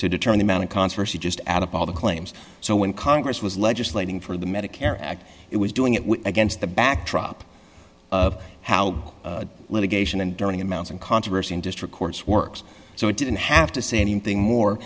determine the amount of controversy just add up all the claims so when congress was legislating for the medicare act it was doing it with against the backdrop of how litigation and during amounts and controversy in district courts works so it didn't have to say anything more